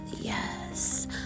yes